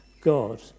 God